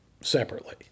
separately